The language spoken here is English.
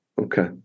Okay